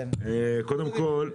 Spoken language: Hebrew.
קודם כל,